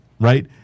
Right